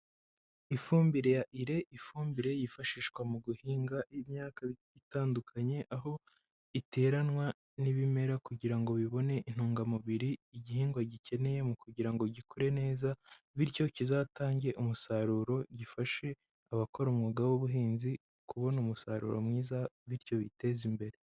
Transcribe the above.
Ifumbire ya urea, ifumbire yifashishwa mu guhinga imyaka itandukanye, aho iteranwa n'ibimera kugira ngo bibone intungamubiri igihingwa gikeneye mu kugira ngo gikure neza, bityo kizatange umusaruro gifashe abakora umwuga w'ubuhinzi kubona umusaruro mwiza bityo biteze imbere.